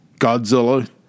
Godzilla